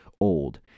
old